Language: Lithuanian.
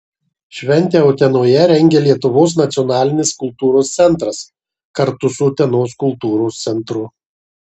šventę utenoje rengia lietuvos nacionalinis kultūros centras kartu su utenos kultūros centru